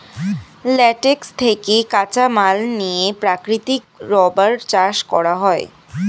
latex থেকে কাঁচামাল নিয়ে প্রাকৃতিক রাবার চাষ করা হয়